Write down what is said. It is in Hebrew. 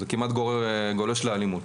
זה כמעט גולש לאלימות,